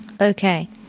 Okay